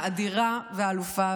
האדירה והאלופה,